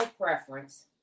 preference